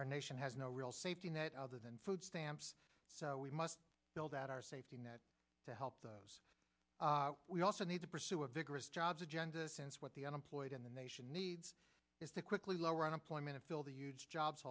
our nation has no real safety net other than food stamps we must build out our safety net to help those we also need to pursue a vigorous jobs agenda since what the unemployed and the nation needs is to quickly lower unemployment and build a huge jobs